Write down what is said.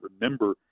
remember